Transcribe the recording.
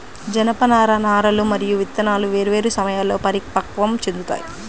జనపనార నారలు మరియు విత్తనాలు వేర్వేరు సమయాల్లో పరిపక్వం చెందుతాయి